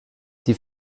die